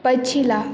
पछिला